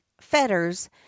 fetters